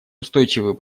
устойчивый